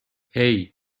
hey